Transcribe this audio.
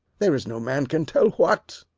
there is no man can tell what.